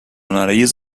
nariz